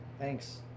Thanks